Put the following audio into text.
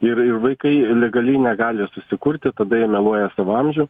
ir ir vaikai legaliai negali susikurti tada jie meluoja savo amžių